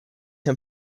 him